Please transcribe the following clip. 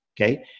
Okay